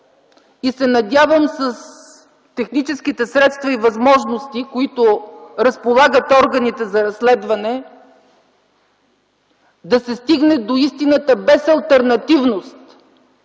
и се надявам с техническите средства и възможностите, с които разполагат органите за разследване, да се стигне до истината без алтернативност.